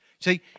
See